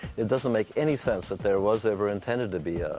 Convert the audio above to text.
it doesn't make any sense that there was ever intended to be